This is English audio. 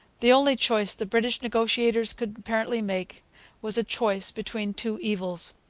the only choice the british negotiators could apparently make was a choice between two evils.